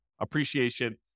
appreciation